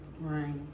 Right